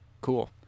Cool